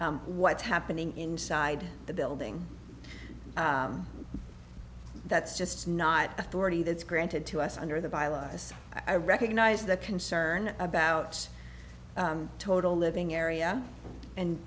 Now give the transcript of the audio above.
what's happening inside the building that's just not authority that's granted to us under the violence i recognize the concern about total living area and